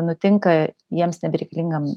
nutinka jiems nebereikalingam